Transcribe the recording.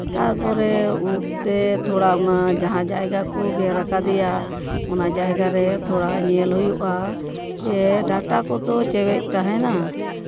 ᱛᱟᱨᱯᱚᱨᱮ ᱩᱵ ᱛᱮ ᱛᱷᱚᱲᱟ ᱚᱱᱟ ᱡᱟᱦᱟᱸ ᱡᱟᱭᱜᱟ ᱠᱚ ᱜᱮᱨ ᱟᱠᱟᱫᱮᱭᱟ ᱚᱱᱟ ᱡᱟᱭᱜᱟ ᱨᱮ ᱚᱱᱟ ᱛᱷᱚᱲᱟ ᱧᱮᱞ ᱦᱩᱭᱩᱜᱼᱟ ᱡᱮ ᱰᱟᱴᱟ ᱠᱚᱫᱚ ᱪᱚᱣᱟᱜ ᱛᱟᱦᱮᱱᱟ